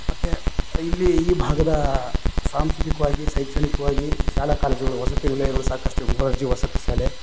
ಮತ್ತೆ ಇಲ್ಲಿ ಈ ಭಾಗದ ಸಾಂಸ್ಕೃತಿಕವಾಗಿ ಶೈಕ್ಷಣಿಕ್ವಾಗಿ ಶಾಲಾ ಕಾಲೇಜುಗಳು ವಸತಿ ನಿಲಯಗಳು ಸಾಕಷ್ಟು ಮೊರಾರ್ಜಿ ವಸತಿ ಶಾಲೆ